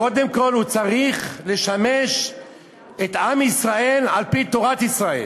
קודם כול הוא צריך לשמש את עם ישראל על-פי תורת ישראל.